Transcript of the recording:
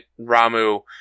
Ramu